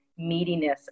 meatiness